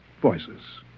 Voices